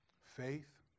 faith